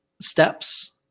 steps